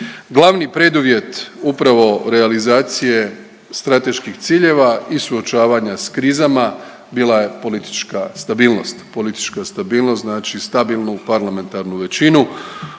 Glavni preduvjet upravo realizacije strateških ciljeva i suočavanja s krizama bila je politička stabilnost. Politička stabilnost znači stabilnu parlamentarnu većinu